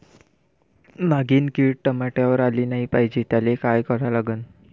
नागिन किड टमाट्यावर आली नाही पाहिजे त्याले काय करा लागन?